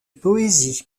poésie